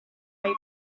type